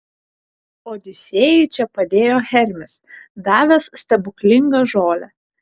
odisėjui čia padėjo hermis davęs stebuklingą žolę